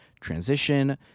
transition